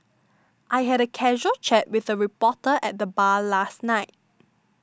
I had a casual chat with a reporter at the bar last night